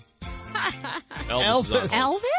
Elvis